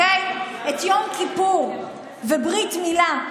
את יום כיפור וברית מילה,